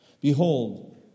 Behold